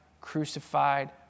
crucified